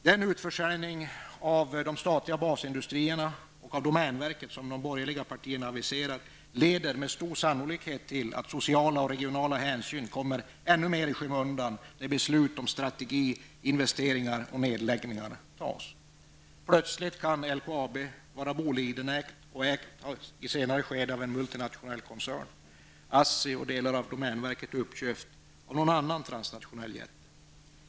Den utförsäljning av de statliga basindustrierna och av domänverket som de borgerliga partierna aviserar, leder med stor sannolikhet till att sociala och regionala hänsyn kommer ännu mer i skymundan när beslut om strategi, investeringar och nedläggningar fattas. Plötsligt kan LKAB vara Bolidenägt och i ett senare skede ägt av en multinationell koncern. ASSI och delar av domänverket köps upp av någon annan transnationell jätte.